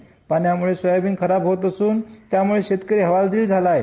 पावसाच्या पाण्याम्ळे सोयाबीन खराब होत असून त्याम्ळे शेतकरी हवालदिल झाला आहे